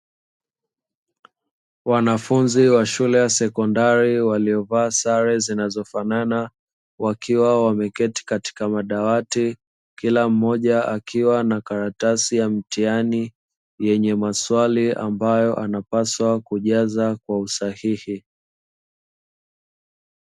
Wanafunzi wa shule ya sekondari waliovaa sare zinazofanana, wakiwa wameketi katika madawati, kila mmoja akiwa na karatasi ya mtihani yenye maswali ambayo anapaswa kujaza kwa usahihi.